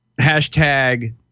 hashtag